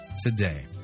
today